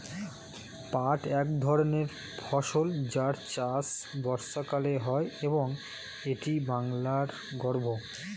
পাট এক ধরনের ফসল যার চাষ বর্ষাকালে হয় এবং এটি বাংলার গর্ব